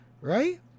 Right